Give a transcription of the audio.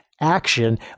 action